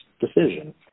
decision